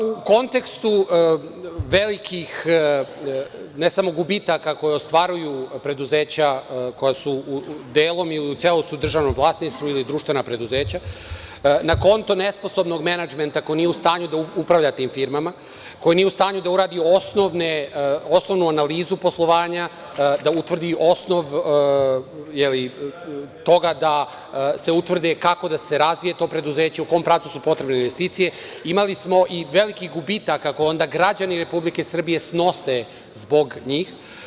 U kontekstu velikih, ne samo gubitaka koje ostvaruju preduzeća koja su delom ili celosti u državnom vlasništvu ili društvena preduzeća, na konto nesposobnog menadžmenta, koji nije u stanju da upravlja tim firmama, koji nije u stanju da uradi osnovnu analizu poslovanja, da utvrdi osnov toga da se utvrdi kako da se razvije to preduzeće, u kom pravcu su potrebne investicije, imali smo i velikih gubitaka koje onda građani Republike Srbije snose zbog njih.